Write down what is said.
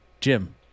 Jim